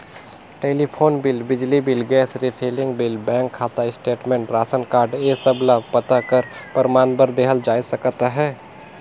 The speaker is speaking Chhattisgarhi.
टेलीफोन बिल, बिजली bill, gas refilling bill, bank खाता स्टेटमेंट, रासन कारड ए सब ल पता कर परमान बर देहल जाए सकत अहे